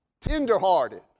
tenderhearted